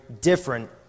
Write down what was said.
different